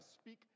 speak